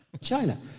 China